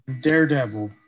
Daredevil